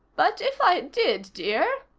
but if i did, dear,